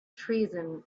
treason